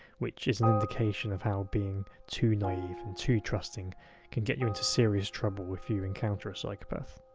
which is an indication of how being too naive and too trusting can get you into serious trouble if you encounter a psychopath.